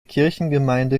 kirchengemeinde